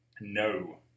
No